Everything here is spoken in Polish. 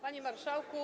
Panie Marszałku!